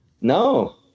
no